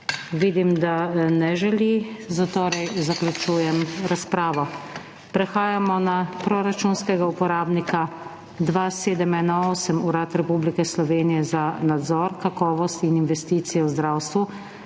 Vidim, da ne želi, zatorej zaključujem razpravo. Prehajamo na proračunskega uporabnika 2718 Urad Republike Slovenije za nadzor, kakovost in investicije v zdravstvu